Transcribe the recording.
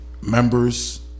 Members